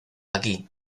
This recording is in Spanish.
aquí